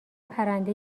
پرنده